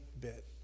bit